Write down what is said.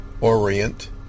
orient